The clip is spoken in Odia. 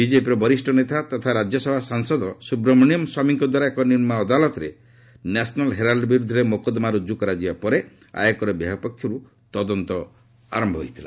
ବିଜେପିର ବରିଷ୍ଠ ନେତା ତଥା ରାଜ୍ୟସଭା ସାଂସଦ ସୁବ୍ରମଣ୍ୟମ୍ ସ୍ୱାମୀଙ୍କ ଦ୍ୱାରା ଏକ ନିମ୍ବ ଅଦାଲତରେ ନ୍ୟାସନାଲ୍ ହେରାଲ୍ ବିରୁଦ୍ଧରେ ମୋକଦ୍ଦମା ରୁଜୁ କରାଯିବା ପରେ ଆୟକର ବିଭାଗ ପକ୍ଷରୁ ତଦନ୍ତ ଆରମ୍ଭ ହୋଇଥିଲା